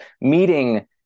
meeting